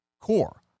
core